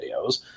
videos